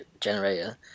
generator